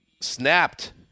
Snapped